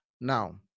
now